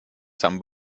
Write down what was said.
some